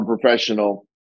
professional